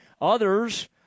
Others